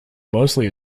mostly